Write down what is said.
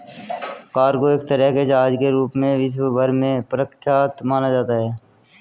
cargo एक तरह के जहाज के रूप में विश्व भर में प्रख्यात माना जाता है